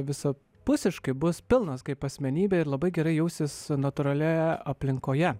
vispusiškai bus pilnas kaip asmenybė ir labai gerai jausis natūralioje aplinkoje